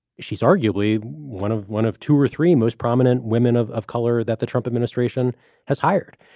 she's arguably one of one of two or three most prominent women of of color that the trump administration has hired.